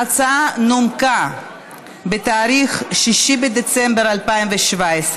ההצעה נומקה בתאריך 6 בדצמבר 2017,